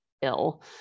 ill